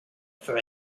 for